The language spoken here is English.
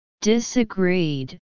Disagreed